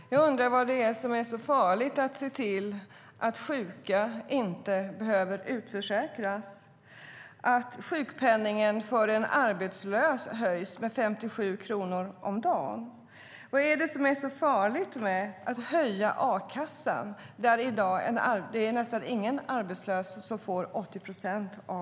Herr talman! Jag undrar vad det är som är så farligt med att se till att sjuka inte behöver utförsäkras och att sjukpenningen för en arbetslös höjs med 57 kronor om dagen. Vad är det som är så farligt med att höja a-kassan? I dag är det nästan ingen arbetslös som får 80 procent.